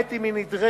למעט אם היא נדרשת